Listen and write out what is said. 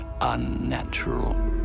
unnatural